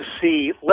see